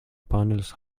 panels